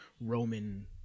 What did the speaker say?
Roman